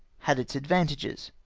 had its advantages